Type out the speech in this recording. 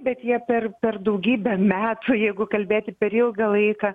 bet jie per per daugybę metų jeigu kalbėti per ilgą laiką